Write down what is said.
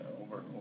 over